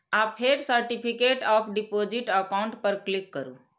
आ फेर certificate of deposit account पर क्लिक करू